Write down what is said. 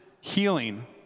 healing